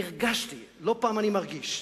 והרגשתי, לא פעם אני מרגיש,